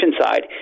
side